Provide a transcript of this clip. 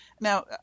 Now